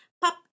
pop